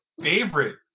favorite